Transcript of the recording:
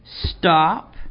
stop